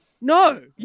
No